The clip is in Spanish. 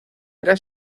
era